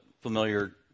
familiar